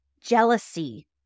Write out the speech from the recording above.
jealousy